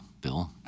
Bill